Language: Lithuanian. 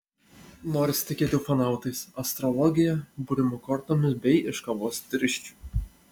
norisi tikėti ufonautais astrologija būrimu kortomis bei iš kavos tirščių